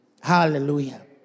Hallelujah